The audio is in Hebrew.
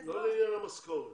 לא לעניין המשכורת.